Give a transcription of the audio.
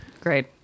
Great